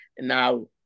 Now